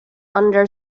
under